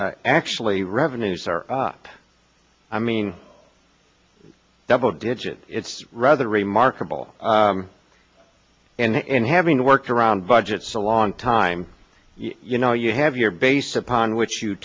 actually revenues are up i mean double digit it's rather remarkable and having worked around budgets a long time you know you have your base upon which you